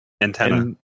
Antenna